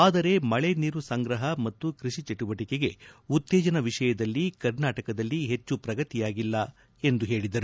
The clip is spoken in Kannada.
ಆದರೆ ಮಳೆ ನೀರು ಸಂಗ್ರಹ ಮತ್ತು ಕೃಷಿ ಚಟುವಟಿಕೆಗೆ ಉತ್ತೇಜನ ವಿಷಯದಲ್ಲಿ ಕರ್ನಾಟಕದಲ್ಲಿ ಹೆಚ್ಚು ಪ್ರಗತಿಯಾಗಿಲ್ಲ ಎಂದು ಹೇಳಿದರು